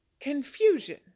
confusion